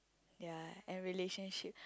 their and relationship